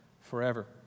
forever